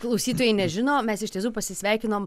klausytojai nežino mes iš tiesų pasisveikinom